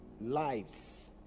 lives